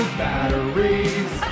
batteries